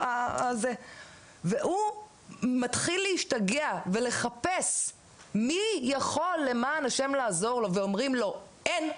והוא מתחיל להשתגע ולחפש מי יכול לעזור לו ואומרים לו אין,